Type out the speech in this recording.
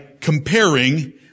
comparing